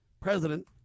president